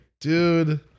Dude